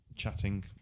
Chatting